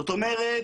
זאת אומרת,